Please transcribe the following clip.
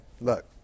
look